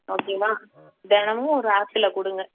ஓகேவா தினமும் ஒரு ஆப்பிளை கொடுங்க